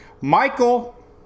Michael